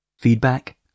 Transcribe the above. Feedback